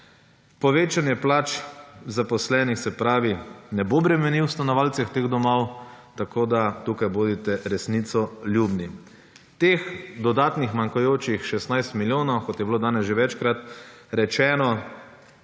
Povečanje plač zaposlenih, se pravi, ne bo bremenil stanovalcev teh domov, tako da tukaj bodite resnicoljubni. Teh dodatnih manjkajočih 16 milijonov, kot je bilo danes že večkrat rečeno,